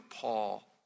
Paul